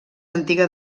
antiga